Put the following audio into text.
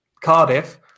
Cardiff